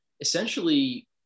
essentially